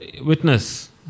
witness